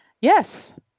yes